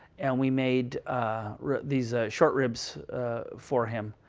and we made these short ribs for him.